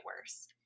worse